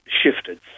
shifted